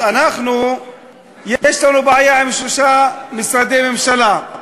אז יש לנו בעיה עם שלושה משרדי ממשלה: